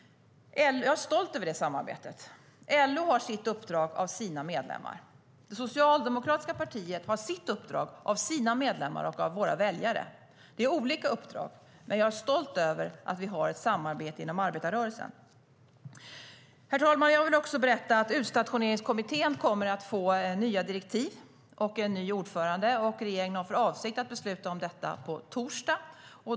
Jag är stolt över det samarbetet. LO har sitt uppdrag av sina medlemmar. Det socialdemokratiska partiet har sitt uppdrag av sina medlemmar och av sina väljare. Det är olika uppdrag, men jag är stolt över att vi har ett samarbete inom arbetarrörelsen. Herr talman! Jag vill också berätta att utstationeringskommittén kommer att få nya direktiv och en ny ordförande. Regeringen har för avsikt att besluta om detta på torsdag.